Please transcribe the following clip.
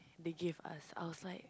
they gave us I was like